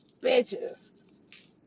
Bitches